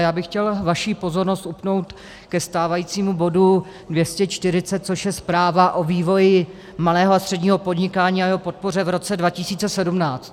Já bych chtěl vaši pozornost upnout ke stávajícímu bodu 240, což je Zpráva o vývoji malého a středního podnikání a jeho podpoře v roce 2017.